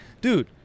dude